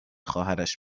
خواهرش